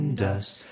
dust